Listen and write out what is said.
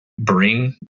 bring